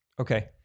Okay